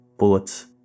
bullets